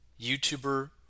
YouTuber